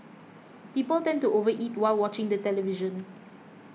people tend to over eat while watching the television